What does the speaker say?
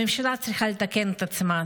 הממשלה צריכה לתקן את עצמה.